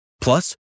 Plus